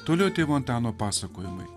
toliau tėvo antano pasakojimai